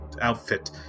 outfit